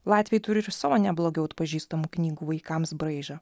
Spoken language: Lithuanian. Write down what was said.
latviai turi ir savo neblogiau atpažįstamų knygų vaikams braižą